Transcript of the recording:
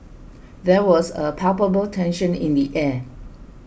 there was a palpable tension in the air